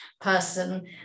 person